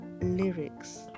lyrics